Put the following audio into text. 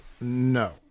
No